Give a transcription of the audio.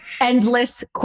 Endless